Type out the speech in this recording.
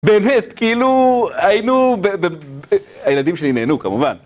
באמת, כאילו היינו, הילדים שלי נהנו כמובן.